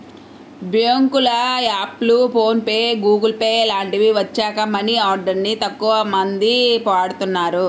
బ్యేంకుల యాప్లు, PhonePe, Google Pay లాంటివి వచ్చాక మనీ ఆర్డర్ ని తక్కువమంది వాడుతున్నారు